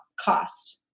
cost